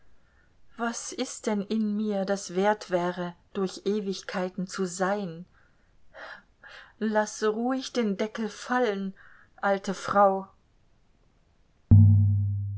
was ist denn in mir das wert wäre durch ewigkeiten zu sein laß ruhig den deckel fallen alte frau